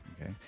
Okay